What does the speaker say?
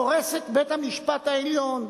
הורס את בית-המשפט העליון.